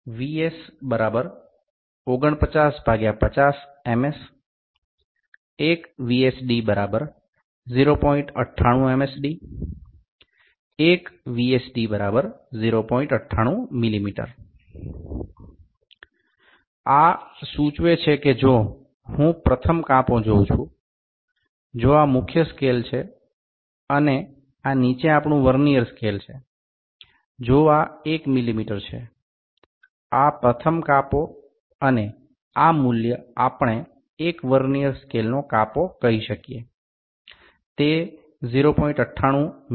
VS ৪৯৫০MS ১ VSD ০৯৮ MSD ১ VSD ০৯৮ মিমি এটি বোঝায় যে আমি যদি প্রথম বিভাগটি দেখি যদি এটি প্রধান স্কেল হয় এবং এটি নীচে আমাদের ভার্নিয়ার স্কেল হয় যদি এটি ১ মিমি হয় তবে এই প্রথম বিভাগ এবং এই মানটি আমরা একটি ভার্নিয়ার স্কেল বিভাগের মান ০৯৮ মিমি এর সমান বলতে পারি